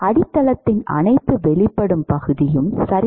அடித்தளத்தின் அனைத்து வெளிப்படும் பகுதியும் சரி